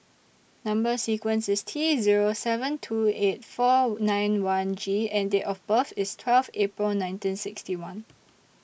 Number sequence IS T Zero seven two eight four nine one G and Date of birth IS twelve April nineteen sixty one